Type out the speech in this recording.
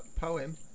poem